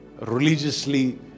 religiously